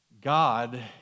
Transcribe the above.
God